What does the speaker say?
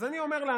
הייתה אמירה כזאת.